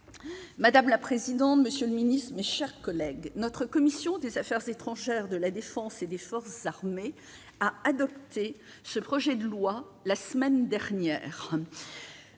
la conduisent à donner son feu vert. Mes chers collègues, notre commission des affaires étrangères, de la défense et des forces armées a adopté ce projet de loi la semaine dernière.